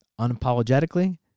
unapologetically